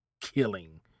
killing